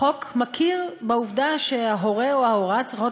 החוק מכיר בעובדה שההורֶה או ההורָה צריכות